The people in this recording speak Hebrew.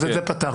אז את זה פתרנו.